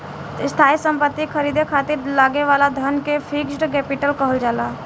स्थायी सम्पति के ख़रीदे खातिर लागे वाला धन के फिक्स्ड कैपिटल कहल जाला